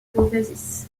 beauvaisis